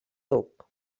duc